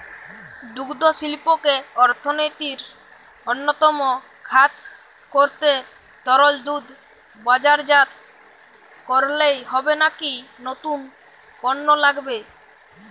দুগ্ধশিল্পকে অর্থনীতির অন্যতম খাত করতে তরল দুধ বাজারজাত করলেই হবে নাকি নতুন পণ্য লাগবে?